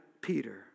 Peter